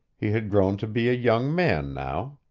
he had grown to be a young man now.